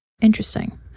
Interesting